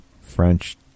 French